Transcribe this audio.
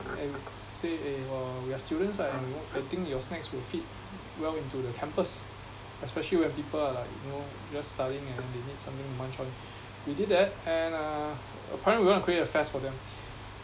and say eh !wah! we are students ah and we want I think your snacks will fit well into the campus especially when people are like you know just studying and then they need something to munch on we did that and uh apparently we want to create a fest for them